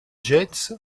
jazz